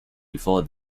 before